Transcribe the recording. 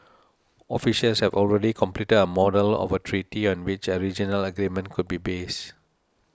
officials have already completed a model of a treaty on which a regional agreement could be based